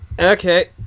Okay